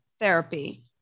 therapy